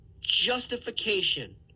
justification